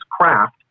craft